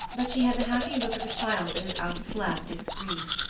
but she had the happy look of a child that has outslept its grief.